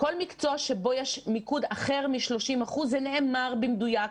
בכל מקצוע שבו יש מיקוד אחר מ-30% זה נאמר במדויק,